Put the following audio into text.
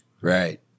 Right